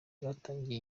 bwatangarije